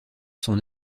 son